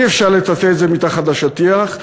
אי-אפשר לטאטא את זה מתחת לשטיח,